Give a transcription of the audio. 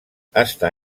està